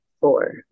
four